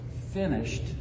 finished